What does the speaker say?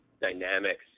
dynamics